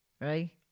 right